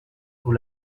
sur